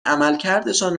عملکردشان